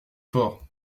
fort